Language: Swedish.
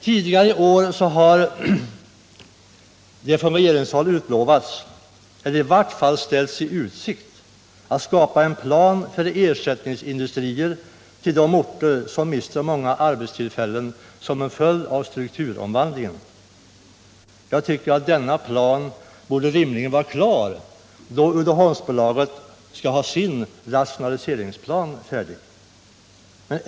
Tidigare i år har från regeringen utlovats, eller i vart fall ställts i utsikt, en plan för ersättningsindustrier till de orter som mister många arbetstillfällen som en följd av strukturomvandlingen. Denna plan borde rimligen vara klar då Uddeholmsbolaget skall ha sin rationaliseringsplan färdig.